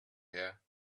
here